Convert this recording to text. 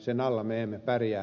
sen alla me emme pärjää